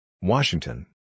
Washington